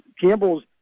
campbell's